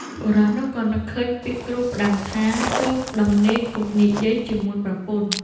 បុរសនោះក៏នឹកឃើញពាក្យគ្រូផ្ដាំថា "ចូលដំណេកកុំនិយាយជាមួយប្រពន្ធ"។